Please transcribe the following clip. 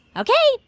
ok,